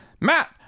matt